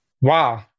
Wow